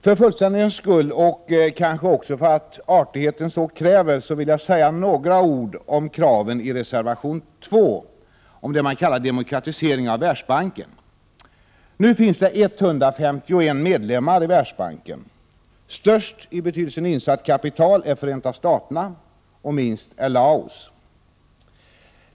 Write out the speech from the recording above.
För fullständighetens skull, och kanske också för att artigheten så kräver det, vill jag säga några ord om kraven i reservation 2 och om det man kallar en demokratisering av Världsbanken. Nu finns det 151 medlemmar i Världsbanken. Störst när det gäller insatt kapital är Förenta Staterna, och minst är Laos.